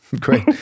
great